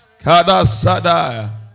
kadasada